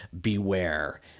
Beware